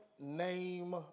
name